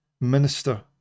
minister